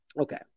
Okay